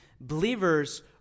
Believers